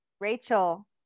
Rachel